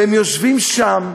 והם יושבים שם,